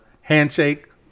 handshake